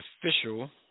official